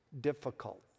difficult